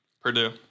Purdue